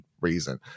reason